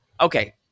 okay